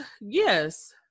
yes